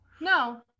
No